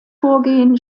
vorgehen